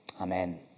Amen